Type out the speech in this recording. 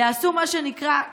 ויעשו מה שנקרא,